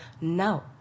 No